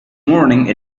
morning